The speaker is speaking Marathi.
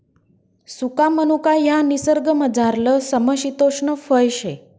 सुका मनुका ह्या निसर्गमझारलं समशितोष्ण फय शे